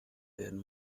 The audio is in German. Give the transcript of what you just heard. werden